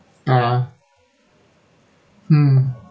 ah mm